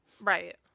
Right